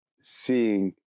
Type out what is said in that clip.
seeing